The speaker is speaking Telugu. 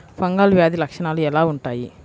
ఫంగల్ వ్యాధి లక్షనాలు ఎలా వుంటాయి?